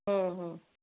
ହଁ ହଁ